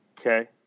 Okay